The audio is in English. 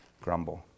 grumble